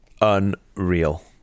unreal